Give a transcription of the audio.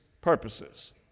purposes